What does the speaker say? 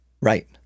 Right